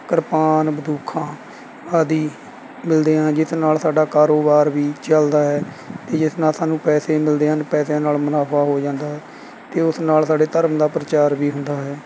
ਕਿਰਪਾਨ ਬੰਦੂਕਾਂ ਆਦਿ ਮਿਲਦੇ ਹਨ ਜਿਸ ਨਾਲ਼ ਸਾਡਾ ਕਾਰੋਬਾਰ ਵੀ ਚੱਲਦਾ ਹੈ ਜਿਸ ਨਾਲ਼ ਸਾਨੂੰ ਪੈਸੇ ਮਿਲਦੇ ਹਨ ਪੈਸਿਆਂ ਨਾਲ਼ ਮੁਨਾਫਾ ਹੋ ਜਾਂਦਾ ਹੈ ਅਤੇ ਉਸ ਨਾਲ਼ ਸਾਡੇ ਧਰਮ ਦਾ ਪ੍ਰਚਾਰ ਵੀ ਹੁੰਦਾ ਹੈ